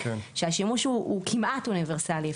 שהשימוש בהם הוא כמעט אוניברסלי,